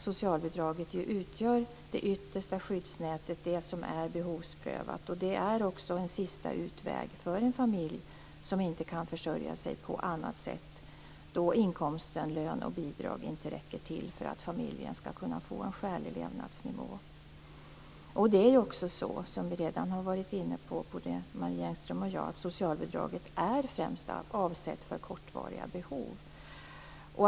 Socialbidraget utgör det yttersta skyddsnätet och är behovsprövat. Det är också en sista utväg för en familj som inte kan försörja sig på annat sätt då inkomsten, lön och bidrag, inte räcker till för att familjen skall kunna få en skälig levnadsnivå. Det är ju också så - och det har både Marie Engström och jag varit inne på - att socialbidraget främst är avsett för kortvariga behov.